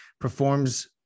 performs